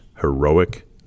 heroic